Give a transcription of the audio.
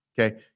okay